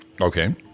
Okay